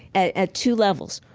at at two levels.